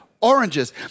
Oranges